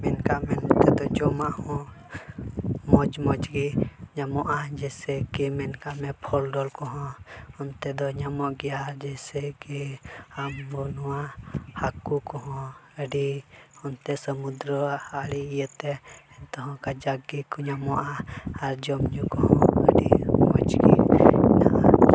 ᱢᱮᱱ ᱠᱟᱜ ᱢᱮ ᱱᱚᱛᱮ ᱫᱚ ᱡᱚᱢᱟᱜ ᱦᱚᱸ ᱢᱚᱡᱽ ᱢᱚᱡᱽ ᱜᱮ ᱧᱟᱢᱚᱜᱼᱟ ᱡᱮᱭᱥᱮ ᱠᱤ ᱢᱮᱱ ᱠᱟᱜ ᱢᱮ ᱯᱷᱚᱞ ᱰᱚᱞ ᱠᱚᱦᱚᱸ ᱚᱱᱛᱮ ᱫᱚ ᱧᱟᱢᱚᱜ ᱜᱮᱭᱟ ᱡᱮᱭᱥᱮ ᱠᱤ ᱟᱢ ᱦᱚᱸ ᱱᱚᱣᱟ ᱦᱟᱹᱠᱩ ᱠᱚᱦᱚᱸ ᱟᱹᱰᱤ ᱚᱱᱛᱮ ᱥᱚᱢᱩᱫᱨᱚ ᱟᱬᱮ ᱤᱭᱟᱹᱛᱮ ᱚᱱᱛᱮ ᱦᱚᱸ ᱠᱟᱡᱟᱠ ᱜᱮᱠᱚ ᱧᱟᱢᱚᱜᱼᱟ ᱟᱨ ᱡᱚᱢᱼᱧᱩ ᱠᱚᱦᱚᱸ ᱟᱹᱰᱤ ᱢᱚᱡᱽ ᱜᱮ ᱦᱮᱱᱟᱜᱼᱟ